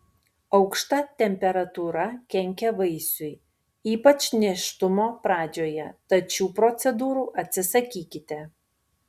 aukšta temperatūra kenkia vaisiui ypač nėštumo pradžioje tad šių procedūrų atsisakykite